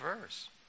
verse